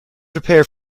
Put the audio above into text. prepare